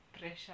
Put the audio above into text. pressure